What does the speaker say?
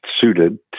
suited